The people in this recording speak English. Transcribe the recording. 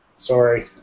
Sorry